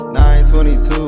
922